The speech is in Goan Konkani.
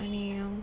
आनी